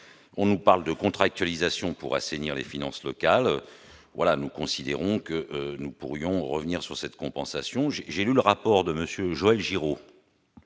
On nous parle de la contractualisation pour assainir les finances locales. Nous proposons de revenir sur cette compensation. J'ai lu le rapport de M. Joël Giraud,